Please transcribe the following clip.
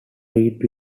read